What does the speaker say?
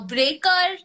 Breaker